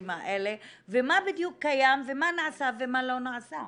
האלה ומה בדיוק קיים ומה נעשה ומה לא נעשה.